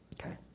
Okay